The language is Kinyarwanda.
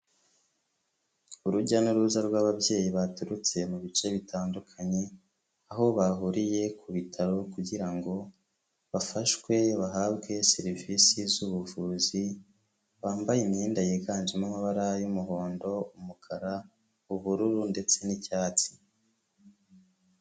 Urujya n'uruza rw'ababyeyi baturutse mu bice bitandukanye aho bahuriye ku bitaro kugira ngo bafashwe bahabwe serivisi z'ubuvuzi, bambaye imyenda yiganjemo amabara y'umuhondo, umukara, ubururu ndetse n'icyatsi.